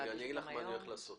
אגיד לך מה אני הולך לעשות.